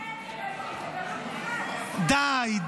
--- די.